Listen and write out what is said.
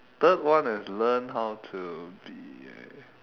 third one is learn how to be